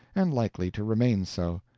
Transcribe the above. and likely to remain so.